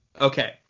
okay